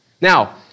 Now